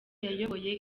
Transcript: yayoboye